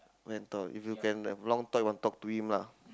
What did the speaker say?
mentor if you can have long talk you want to talk to him lah